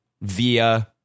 via